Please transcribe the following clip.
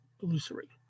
illusory